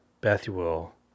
Bethuel